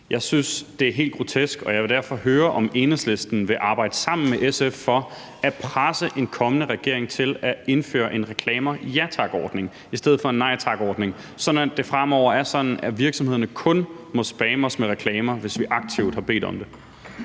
Jeg synes, det er helt grotesk, og jeg vil derfor høre, om Enhedslisten vil arbejde sammen med SF for at presse en kommende regering til at indføre en reklamer ja tak-ordning i stedet for en nej tak-ordning, så det fremover er sådan, at virksomhederne kun må spamme os med reklamer, hvis vi aktivt har bedt om det.